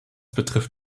betrifft